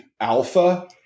alpha